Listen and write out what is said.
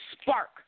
spark